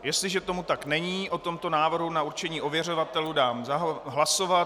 Jestliže tomu tak není, o tomto návrhu na určení ověřovatelů dám hlasovat.